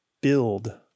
build